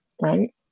right